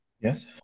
Yes